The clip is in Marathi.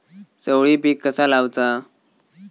चवळी पीक कसा लावचा?